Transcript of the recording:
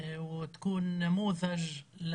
ובטוחים שאתה תיקח את הוועדה הזאת למקום